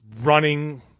running